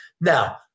Now